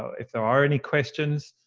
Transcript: if there are any questions.